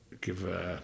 give